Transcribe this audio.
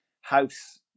house